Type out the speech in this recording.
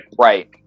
Right